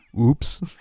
Oops